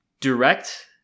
direct